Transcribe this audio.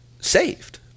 saved